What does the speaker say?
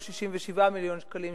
שהוא 67 מיליון שקלים,